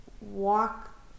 walk